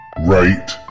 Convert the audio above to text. right